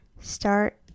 start